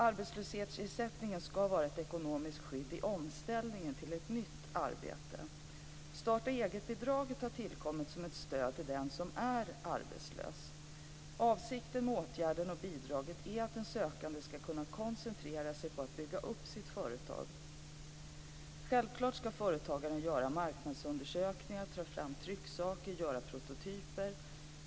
Arbetslöshetsersättningen skall vara ett ekonomiskt skydd i omställningen till ett nytt arbete. Starta-eget-bidraget har tillkommit som ett stöd till den som är arbetslös. Avsikten med åtgärden och bidraget är att den sökande skall kunna koncentrera sig på att bygga upp sitt företag. Självklart skall företagaren göra marknadsundersökningar, ta fram trycksaker och göra prototyper.